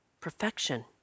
Perfection